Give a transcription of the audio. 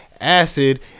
acid